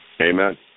Amen